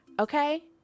Okay